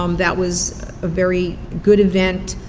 um that was a very good event,